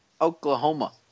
Oklahoma